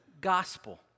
gospel